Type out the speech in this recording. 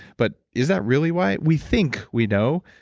but is that really why? we think we know,